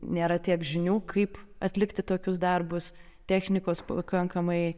nėra tiek žinių kaip atlikti tokius darbus technikos pakankamai